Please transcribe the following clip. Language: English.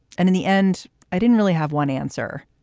and in the end i didn't really have one answer.